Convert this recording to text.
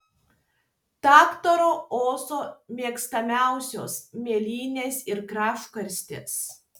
daktaro ozo mėgstamiausios mėlynės ir gražgarstės